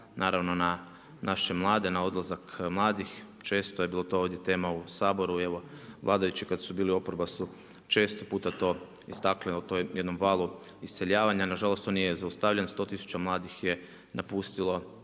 naravno na naše mlade, na odlazak mladih, često je bilo to ovdje tema u Saboru i evo vladajući kada su bili oporba su često puta to istakli o tom jednom valom iseljavanja, nažalost to nije zaustavljen 100 tisuća mladih je napustila,